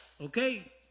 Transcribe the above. okay